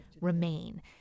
remain